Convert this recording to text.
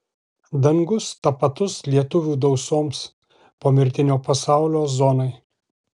dangus tapatus lietuvių dausoms pomirtinio pasaulio zonai